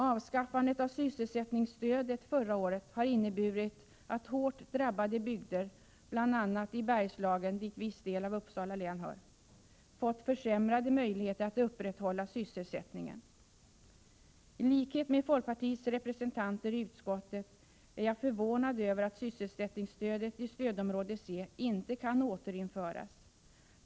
Avskaffandet av sysselsättningsstödet förra året har inneburit att hårt drabbade bygder, bl.a. i Bergslagen dit viss del av Uppsala län hör, fått försämrade möjligheter att upprätthålla sysselsättningen. I likhet med folkpartiets representanter i utskottet är jag förvånad över att sysselsättningsstödet i stödområde C inte kan återinföras.